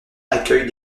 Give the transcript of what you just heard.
accueille